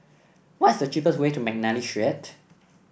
what's the cheapest way to McNally Street